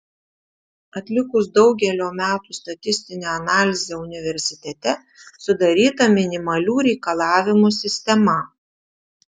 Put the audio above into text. atlikus daugelio metų statistinę analizę universitete sudaryta minimalių reikalavimų sistema